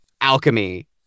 alchemy